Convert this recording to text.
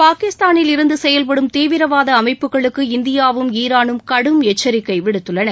பாகிஸ்தாளில் இருந்து செயல்படும் தீவிரவாத அமைப்புகளுக்கு இந்தியாவும் ஈரானும் கடும் எச்சரிக்கை விடுத்துள்ளன